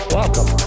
Welcome